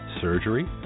surgery